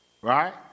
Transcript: right